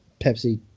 Pepsi